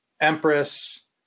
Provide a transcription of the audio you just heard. Empress